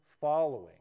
following